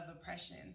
oppression